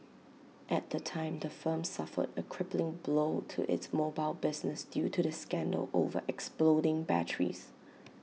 at the time the firm suffered A crippling blow to its mobile business due to the scandal over exploding batteries